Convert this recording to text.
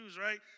right